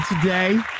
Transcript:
today